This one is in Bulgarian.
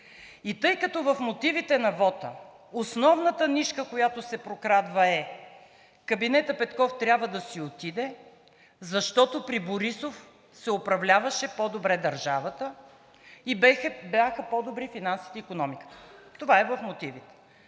И тъй като в мотивите на вота основната нишка, която се прокрадва, е: кабинетът Петков трябва да си отиде, защото при Борисов се управляваше по добре държавата и бяха по-добри финансите и икономиката. Това е в мотивите.